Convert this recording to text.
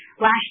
last